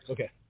Okay